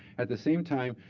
at the same time,